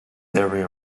dairy